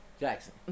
Jackson